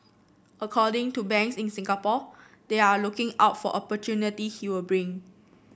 according to banks in Singapore they are looking out for opportunity he will bring